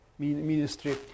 Ministry